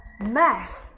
Math